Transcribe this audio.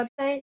website